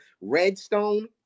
Redstone